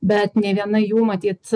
bet nė viena jų matyt